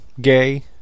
gay